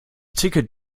ticket